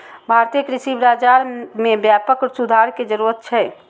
भारतीय कृषि बाजार मे व्यापक सुधार के जरूरत छै